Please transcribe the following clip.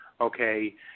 okay